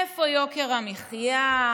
איפה יוקר המחיה?